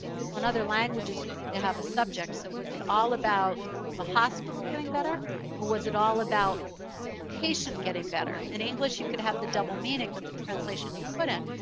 in other languages you need to have a subject. so was it all about the hospital getting better or was it all about the patient getting better? in english you could have the double meaning, but the translation you couldn't.